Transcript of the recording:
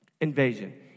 invasion